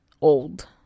old